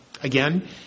again